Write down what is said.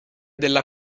della